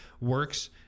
works